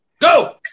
go